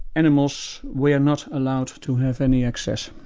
animals were not allowed to have any access,